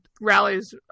rallies